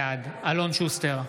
בעד אלון שוסטר,